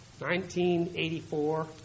1984